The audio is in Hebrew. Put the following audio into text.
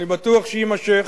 אני בטוח שיימשך,